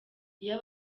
iyo